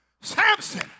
Samson